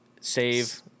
save